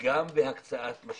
גם בהקצאת משאבים,